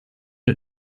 les